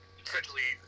essentially